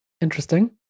Interesting